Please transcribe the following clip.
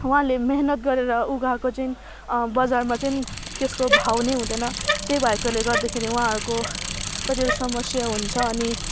उहाँले मेहनत गरेर उगाएको चाहिँ बजारमा चाहिँ त्यसको भाउ नै हुँदैन त्यही भएकोले गर्दाखेरि उहाँहरूको कतिवटा समस्या हुन्छ अनि